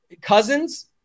Cousins